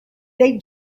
they